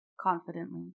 confidently